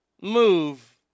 move